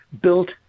built